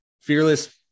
fearless